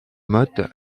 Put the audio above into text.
motte